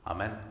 Amen